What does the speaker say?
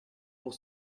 pour